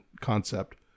concept